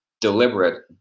deliberate